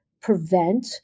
prevent